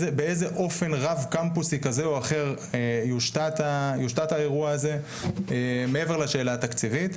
באיזה אופן רב קמפוסי כזה או אחר יושתת האירוע הזה מעבר לשאלה התקציבית,